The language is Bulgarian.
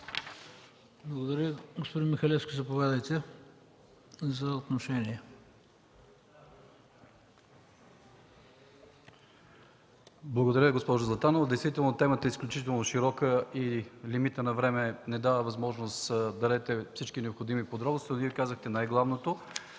Благодаря Ви. Господин Михалевски, заповядайте за отношение. ДИМЧО МИХАЛЕВСКИ (КБ): Благодаря, госпожо Златанова. Действително темата е изключително широка и лимитът на време не дава възможност да дадете всички необходими подробности, но Вие казахте най-главното.